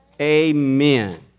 Amen